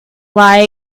lie